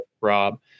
Rob